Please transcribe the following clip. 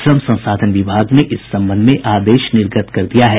श्रम संसाधन विभाग ने इस संबंध में आदेश निर्गत कर दिया है